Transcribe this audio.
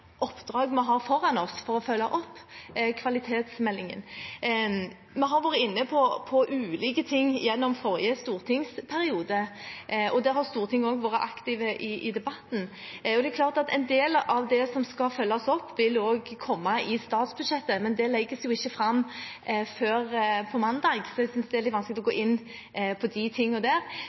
oppdrag vi har foran oss for å følge opp kvalitetsmeldingen. Vi har vært inne på ulike ting gjennom forrige stortingsperiode, og Stortinget har også vært aktiv i debatten. Det er klart at en del av det som skal følges opp, vil komme i statsbudsjettet, men det legges ikke fram før på mandag, så jeg synes det er litt vanskelig å gå inn på de tingene der. Men det er klart at kvalitetsarbeidet er viktig for regjeringen, og